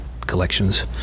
collections